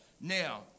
Now